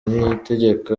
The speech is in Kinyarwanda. niyitegeka